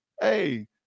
hey